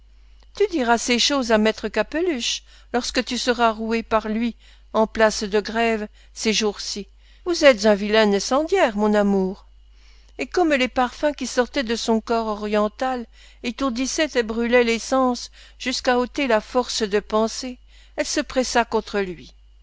tu diras ces choses à maître cappeluche lorsque tu seras roué par lui en place de grève ces jours-ci vous êtes un vilain incendiaire mon amour et comme les parfums qui sortaient de son corps oriental étourdissaient et brûlaient les sens jusqu'à ôter la force de penser elle se pressa contre lui